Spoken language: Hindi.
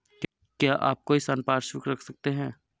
क्या आप कोई संपार्श्विक रख सकते हैं?